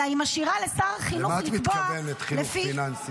אלא היא משאירה לשר החינוך לקבוע --- למה את מתכוונת "חינוך פיננסי"?